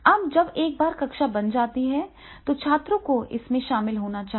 अब जब एक बार कक्षा बन जाती है तो छात्रों को इसमें शामिल होना चाहिए